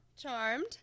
Charmed